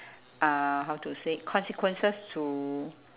uh how to say consequences to